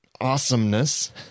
awesomeness